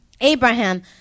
Abraham